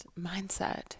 mindset